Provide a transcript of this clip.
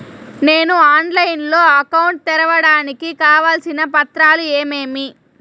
నేను ఆన్లైన్ లో అకౌంట్ తెరవడానికి కావాల్సిన పత్రాలు ఏమేమి?